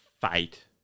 fight